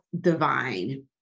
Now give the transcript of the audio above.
divine